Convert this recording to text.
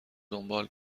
دنبال